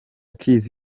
keys